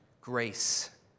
Grace